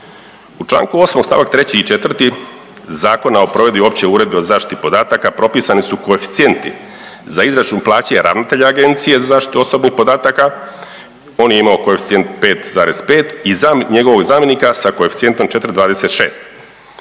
u čl. 8 st. 3 i 4. Zakona o provedbi Opće uredbe o zaštiti podataka, propisani su koeficijenti za izračun plaće ravnatelja Agencije za zaštitu osobnih podataka, on je imao koeficijent 5,5 i njegovog zamjenika sa koeficijentom 4,26.